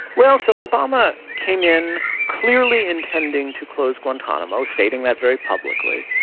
well so obama came in clearly intending to close guantanamo, stating that very publicly,